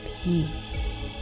peace